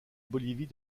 bolivie